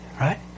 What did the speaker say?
Right